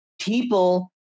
people